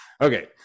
okay